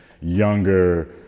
younger